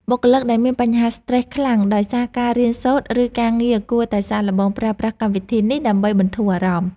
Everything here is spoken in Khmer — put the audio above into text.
បុគ្គលដែលមានបញ្ហាស្ត្រេសខ្លាំងដោយសារការរៀនសូត្រឬការងារគួរតែសាកល្បងប្រើប្រាស់កម្មវិធីនេះដើម្បីបន្ធូរអារម្មណ៍។